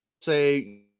say